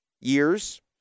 years